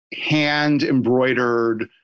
hand-embroidered